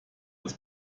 das